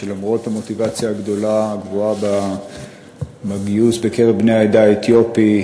שלפיה למרות המוטיבציה הגבוהה לגיוס בקרב בני העדה האתיופית,